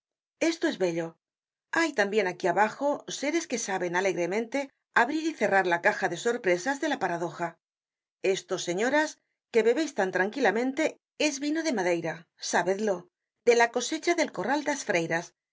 esto es bello hay tambien aquí abajo seres que saben alegremente abrir y cérrar la caja de sorpresas de la paradoja esto señoras que bebeis tan tranquilamente es vino de madera sabedlo de la cosecha del